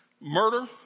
murder